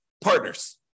partners